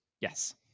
Yes